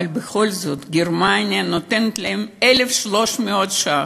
אבל בכל זאת, גרמניה נותנת להם 1,300 ש"ח,